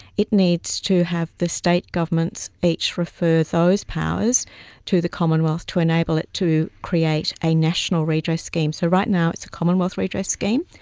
it needs to have the state governments each refer those powers to the commonwealth to enable it to create a national redress scheme. so right now it's a commonwealth redress scheme,